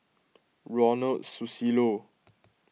Ronald Susilo